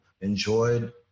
Enjoyed